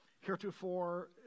heretofore